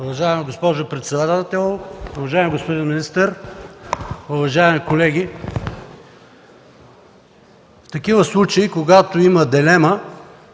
Уважаема госпожо председател, уважаеми господин министър, уважаеми колеги! В такива случаи, когато има дилема,